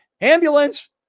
ambulance